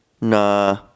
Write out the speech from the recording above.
nah